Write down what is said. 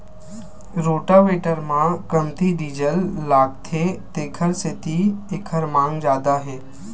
rotavator म कमती diesel लागथे तेखर सेती एखर मांग जादा हे